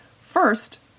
First